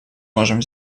можем